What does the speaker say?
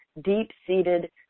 deep-seated